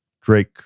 Drake